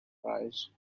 price